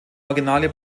originale